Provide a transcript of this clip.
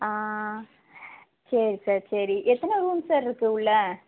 ஆ சரி சார் சரி எத்தனை ரூம் சார் இருக்குது உள்ளே